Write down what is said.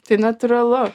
tai natūralu